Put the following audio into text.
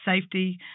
safety